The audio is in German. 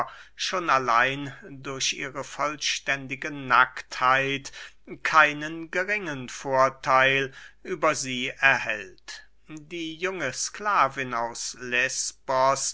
schon allein durch ihre vollständige naktheit keinen geringen vortheil über sie erhält die junge sklavin aus lesbos